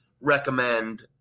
recommend –